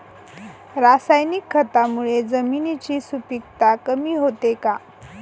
रासायनिक खतांमुळे जमिनीची सुपिकता कमी होते का?